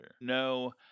No